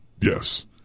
Yes